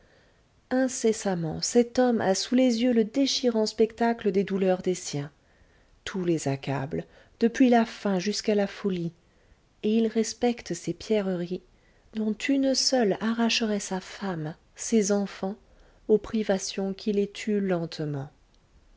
incessamment cet homme a sous les yeux le déchirant spectacle des douleurs des siens tout les accable depuis la faim jusqu'à la folie et il respecte ces pierreries dont une seule arracherait sa femme ses enfants aux privations qui les tuent lentement